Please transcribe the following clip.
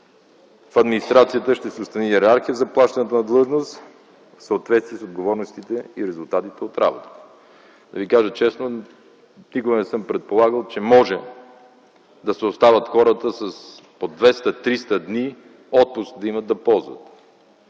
В администрацията ще се установи йерархия за плащането на длъжност в съответствие с отговорностите и резултатите от работата. Да Ви кажа честно, никога не съм предполагал, че може да се оставят хората да имат да ползват